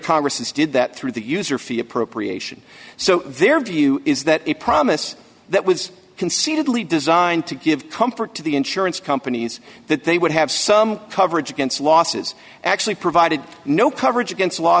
congress did that through the user fee appropriation so their view is that a promise that was concededly designed to give comfort to the insurance companies that they would have some coverage against losses actually provided no coverage against